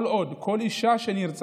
כל עוד בכל מקרה שבו אישה נרצחת